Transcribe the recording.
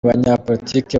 banyapolitiki